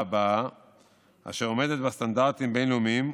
ובהבעה אשר עומדת בסטנדרטים בין-לאומיים,